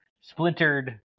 splintered